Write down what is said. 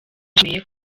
yemeye